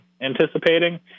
anticipating